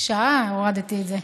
שעה הורדתי את זה.